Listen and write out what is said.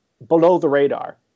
below-the-radar